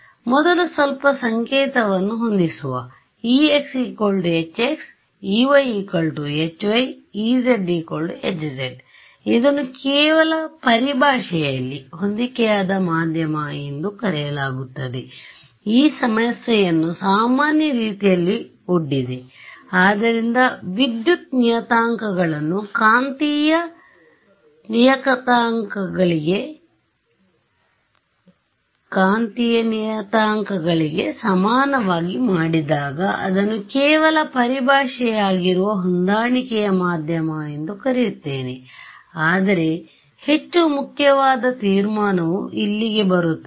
ಆದ್ದರಿಂದ ಮೊದಲು ಸ್ವಲ್ಪ ಸಂಕೇತವನ್ನು ಹೊಂದಿಸುವ ex hx ey hy ez hz ಇದನ್ನು ಕೇವಲ ಪರಿಭಾಷೆಯಲ್ಲಿ ಹೊಂದಿಕೆಯಾದ ಮಾಧ್ಯಮ ಎಂದು ಕರೆಯಲಾಗುತ್ತದೆ ಈಗ ಸಮಸ್ಯೆಯನ್ನು ಸಾಮಾನ್ಯ ರೀತಿಯಲ್ಲಿ ಒಡ್ಡಿದೆ ಆದ್ದರಿಂದ ವಿದ್ಯುತ್ ನಿಯತಾಂಕಗಳನ್ನು ಕಾಂತೀಯ ನಿಯತಾಂಕಗಳಿಗೆಸಮನಾಗಿ ಮಾಡಿದಾಗ ಅದನ್ನು ಕೇವಲ ಪರಿಭಾಷೆಯಾಗಿರುವ ಹೊಂದಾಣಿಕೆಯ ಮಾಧ್ಯಮ ಎಂದು ಕರೆಯುತ್ತೇನೆ ಆದರೆ ಹೆಚ್ಚು ಮುಖ್ಯವಾದ ತೀರ್ಮಾನವು ಇಲ್ಲಿಗೆ ಬರುತ್ತದೆ